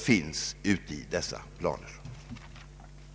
att enligt hans uppfattning flertalet röstat för ja-propositionen.